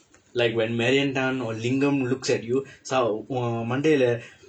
like when marian tan or lingam looks at you zao உன் மண்டையில:un mandaiyila